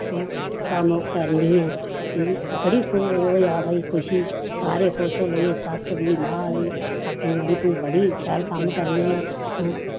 हैं कम्म करनी ऐं मिगी बड़ा होआ भाई खुशी सारे खुश होन लगे सस्स बी मां बी आखन लगी मड़ी तूं बड़ी शैल कम्म करनी ऐं हैं